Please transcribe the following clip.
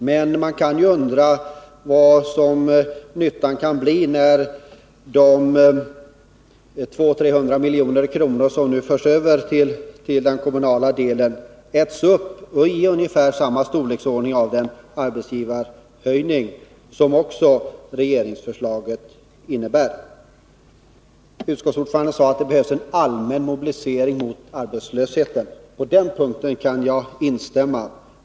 Men man kan ju undra vad nyttan kan bli när de 200-300 milj.kr. som nu förs över till den kommunala delen äts upp av den arbetsgivaravgiftshöjning i ungefär samma storleksordning som regeringsförslaget också innebär. Utskottsordföranden sade att det behövs en allmän mobilisering mot arbetslösheten. På den punkten kan jag instämma.